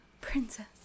princess